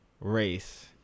race